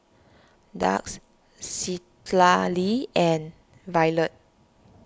Dax Citlali and Violet